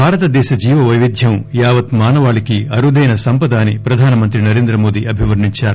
భారతదేశ జీవ వైవిధ్యం యావత్ మానవాళికి అరుదైన సంపదని ప్రధానమంత్రి నరేంద్రమోది అభివర్ణించారు